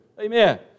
Amen